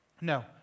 No